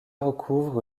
recouvre